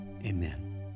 amen